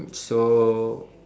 so